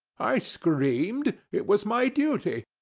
i screamed it was my duty.